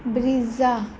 Brezza